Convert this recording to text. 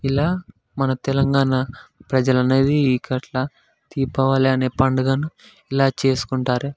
ఇలా మన తెలంగాణ ప్రజలనేది ఇంకట్లా దీపావళి అనే పండుగను ఇలా చేసుకుంటారు